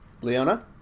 Leona